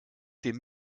dem